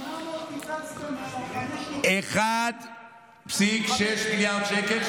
800 קיצצתם מ-5.5, 1.6 מיליארד שקל.